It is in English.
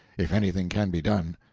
if anything can be done.